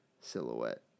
silhouette